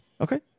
Okay